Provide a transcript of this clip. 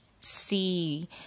see